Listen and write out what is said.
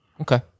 Okay